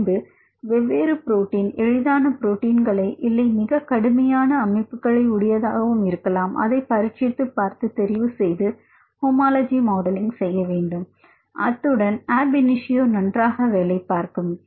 பின்பு வெவ்வேறு புரோட்டின் எளிதான புரோட்டீன்களை இல்லை மிகக் கடினமான அமைப்புகளை உடையதாகவும் இருக்கலாம் அதை பரீட்சித்துப் பார்த்து தெரிவுசெய்து ஹோமோலஜி மாடலிங் செய்ய வேண்டும் அத்துடன் அப் இனிசியோ நன்றாக வேலை பார்க்கும்